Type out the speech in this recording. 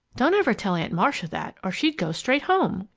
don't ever tell aunt marcia that, or she'd go straight home!